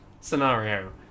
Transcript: scenario